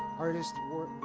artists, work